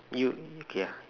you okay